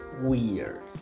weird